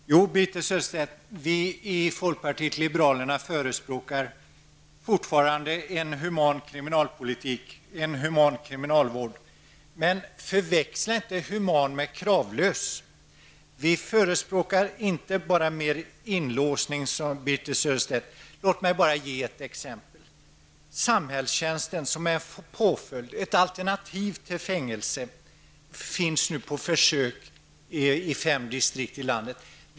Herr talman! Jo, Birthe Sörestedt, vi i folkpartiet liberalerna förespråkar fortfarande en human kriminalpolitik, en human kriminalvård. Men förväxla inte human med kravlös. Vi förespråkar inte bara mer inlåsning, sade Birthe Sörestedt. Låt mig ge ett exempel: Samhällstjänst som en påföljd, som ett alternativ till fängelse, finns nu på försök i fem distrikt i landet.